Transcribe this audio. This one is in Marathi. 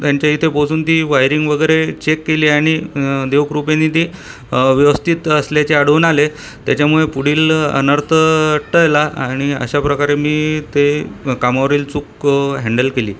त्यांच्या इथे पोचून ती वायरिंग वगैरे चेक केली आणि देवकृपेने ते व्यवस्थित असल्याचे आढळून आले त्याच्यामुळे पुढील अनर्थ टळला आणि अशा प्रकारे मी ते कामावरील चूक हँडल केली